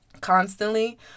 constantly